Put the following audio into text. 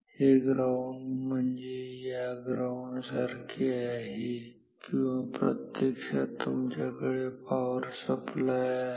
हे ग्राऊंड म्हणजे हे ग्राउंड सारखे आहे किंवा प्रत्यक्षात तुमच्याकडे पावर सप्लाय आहेत